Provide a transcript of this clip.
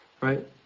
Right